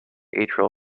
atrial